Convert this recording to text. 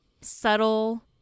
subtle